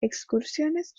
excursiones